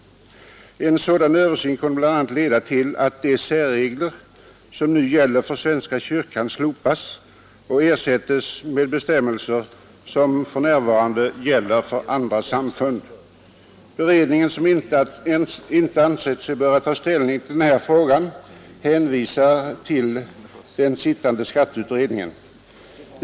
En sådan översyn kunde bl.a. leda till att de särregler som nu gäller för svenska kyrkan slopas och ersättes med bestämmelser, som för närvarande gäller för andra samfund. Beredningen som inte ansett sig böra ta ställning till denna fråga hänvisar till den sittande skatteutredningen.